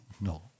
No